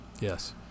Yes